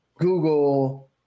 Google